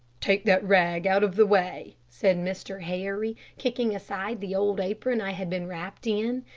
take that rag out of the way, said mr. harry, kicking aside the old apron i had been wrapped in,